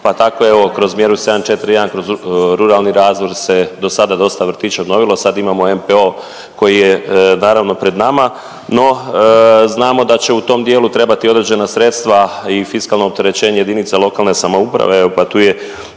Pa tako evo kroz mjeru 741 kroz ruralni razvoj se do sada dosta vrtića obnovilo. Sad imamo MPO koji je naravno pred nama. No, znamo da će u tom dijelu trebati određena sredstva i fiskalno opterećenje jedinica lokalne samouprave, evo pa tu je